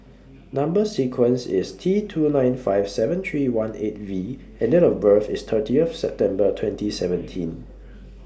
Number sequence IS T two nine five seven three one eight V and Date of birth IS thirtieth September twenty seventeen